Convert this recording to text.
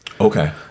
Okay